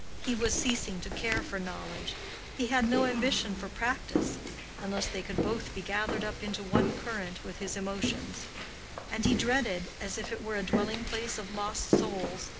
he was ceasing to care for knowledge he had no ambition for practice unless they could both be gathered up into one current with his emotions and he dreaded, as if it were a dwelling-place of lost souls,